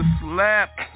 slap